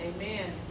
Amen